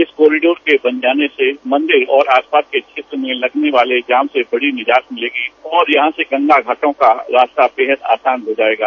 इस कॉरिडोर को बन जाने से मंदिर और आसपास के क्षेत्र में लगने वाले जाम से बड़ी निजात मिलेगी और यहां के गंगा घाटों का रात्ता बेहद आसान हो जायेगा